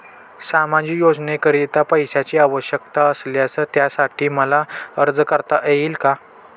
सामाजिक योजनेकरीता पैशांची आवश्यकता असल्यास त्यासाठी मला अर्ज करता येईल का?